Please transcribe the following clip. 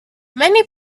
many